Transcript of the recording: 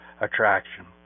attraction